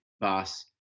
boss